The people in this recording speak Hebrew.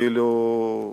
כאילו,